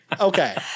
okay